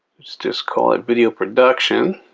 just call it video production